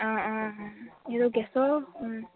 অঁ অঁ এইটো গেছৰ